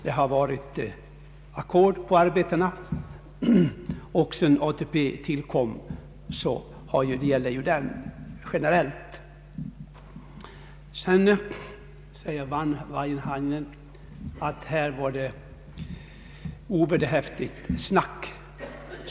Ackord har utgått på arbetena, och sedan ATP tillkom gäller den pensionsförmånen generellt. Herr Wanhainen säger att det här har förekommit ovederhäftigt snack.